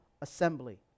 assembly